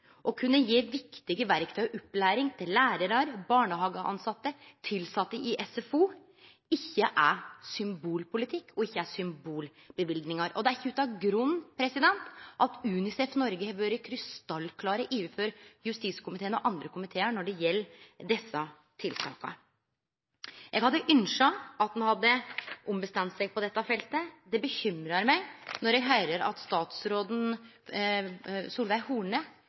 å kunne gje viktige verktøy og opplæring til lærarar, barnehagetilsette og tilsette i SFO ikkje er symbolpolitikk og ikkje er «symbolbevilgning». Det er ikkje utan grunn at UNICEF Norge har vore krystallklar i justiskomiteen og andre komitear når det gjeld desse tiltaka. Eg hadde ønskt at ein hadde ombestemt seg på dette feltet. Det bekymrar meg når eg høyrer at statsråd Solveig Horne